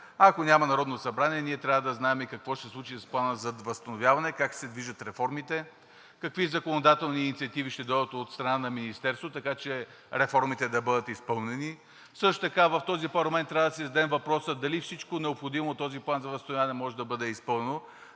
ако няма Народно събрание, ние трябва да знаем какво ще се случи с Плана за възстановяване, как ще се движат реформите, какви законодателни инициативи ще дойдат от страна на Министерството, така че реформите да бъдат изпълнени. Също така в този парламент трябва да си зададем въпроса дали всичко необходимо в този План за възстановяване и устойчивост може да бъде изпълнено,